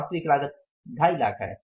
वास्तविक लागत 25 है